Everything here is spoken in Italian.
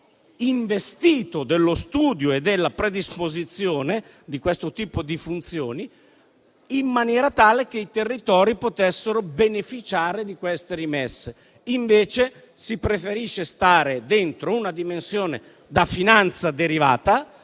investito dello studio e della predisposizione di questo tipo di funzioni in maniera tale che i territori potessero beneficiare di queste rimesse. Invece, si preferisce stare dentro una dimensione da finanza derivata,